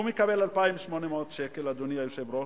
הוא מקבל 2,800 שקל, אדוני היושב-ראש,